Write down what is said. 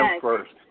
first